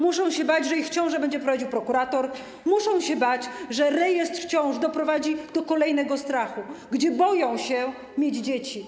Muszą się bać, że ich ciążę będzie prowadził prokurator, muszą się bać, że rejestr ciąż doprowadzi do kolejnego strachu, gdzie boją się mieć dzieci.